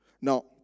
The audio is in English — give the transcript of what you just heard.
Now